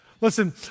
Listen